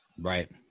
right